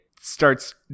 starts